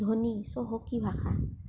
ধনী চহকী ভাষা